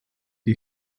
die